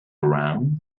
around